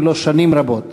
אם לא שנים רבות.